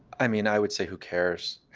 i mean, i would say who cares?